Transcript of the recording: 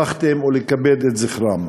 מיקי לוי, אוקיי.